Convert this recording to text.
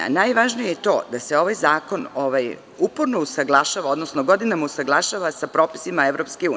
Najvažnije je to da se ovaj zakon uporno usaglašava, odnosno godinama usaglašava sa propisima EU.